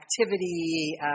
activity